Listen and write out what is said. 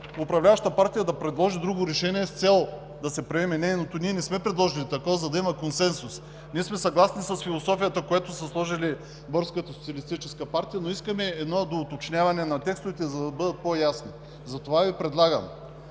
управляващата партия да предложи друго решение с цел да се приеме нейното. Ние не сме предложили такова, за да има консенсус. Ние сме съгласни с философията, която са вложили от Българската социалистическа партия, но искаме едно доуточняване на текстовете, за да бъдат по-ясни. Затова Ви предлагам: